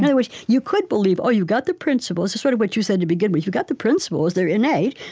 other words, you could believe, oh, you've got the principles sort of what you said to begin with if you've got the principles, they're innate,